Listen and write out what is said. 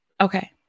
Okay